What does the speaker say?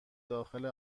داخل